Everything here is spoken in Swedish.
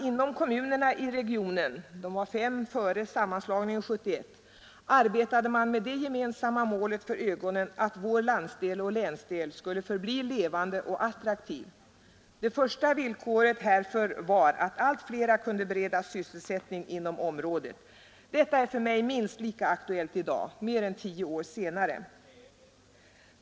Inom kommunerna i regionen — de var fem före sammanslagningen 1971 - arbetade man med det gemensamma målet för ögonen att vår landsdel och länsdel skulle förbli levande och attraktiva. Det första villkoret härför var att allt flera kunde beredas sysselsättning inom området. Detta är för mig minst lika aktuellt i dag — mer än tio år senare.